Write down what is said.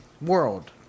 world